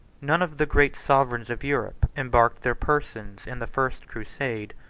none of the great sovereigns of europe embarked their persons in the first crusade.